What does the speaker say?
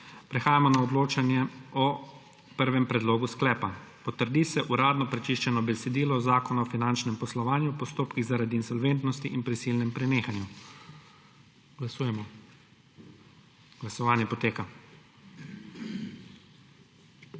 Prehajamo na odločanje o prvem predlogu sklepa: Potrdi se uradno prečiščeno besedilo Zakona o finančnem poslovanju, postopkih zaradi insolventnosti in prisilnem prenehanju. Glasujemo. Navzočih